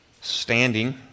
standing